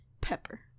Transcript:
Pepper